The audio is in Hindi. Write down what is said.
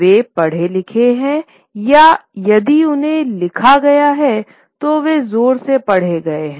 वे पढ़े लिखे हैं या यदि उन्हें लिखा गया है तो वे जोर से पढ़े गए है